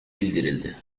bildirildi